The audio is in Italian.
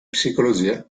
psicologia